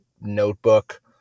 notebook